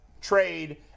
trade